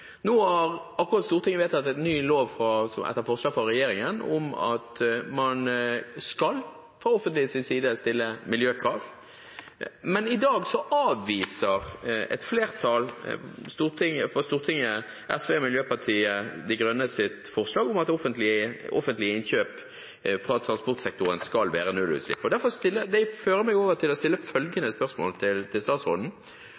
nå – som er innspillet fra fagetatene. Nå har Stortinget etter forslag fra regjeringen akkurat vedtatt ny lov om at man fra det offentliges side skal stille miljøkrav. Men i dag avviser et flertall på Stortinget SV og Miljøpartiet De Grønnes forslag om at offentlige innkjøp i transportsektoren skal baseres på nullutslipp. Det fører meg over til å stille